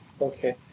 Okay